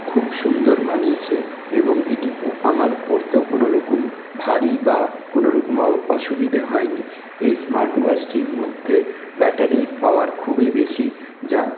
খুব সুন্দর মানিয়েছে এবং এটি আমার পরতেও কোনোরকম ভারী বা কোনোরকম অসুবিধে হয়নি এই স্মার্ট ওয়াচটির মধ্যে ব্যাটারির পাওয়ার খুবই বেশি যা